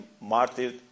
martyred